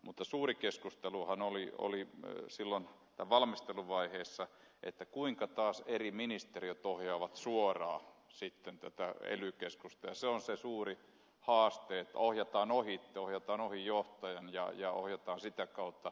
mutta suuri keskusteluhan oli silloin tämän valmisteluvaiheessa siitä kuinka eri ministeriöt ohjaavat suoraan tätä ely keskusta ja se on se suuri haaste ettei ohjata ohitse ohjata ohi johtajan ja ohjata sitä kautta